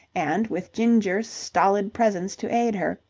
and, with ginger's stolid presence to aid her,